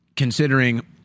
Considering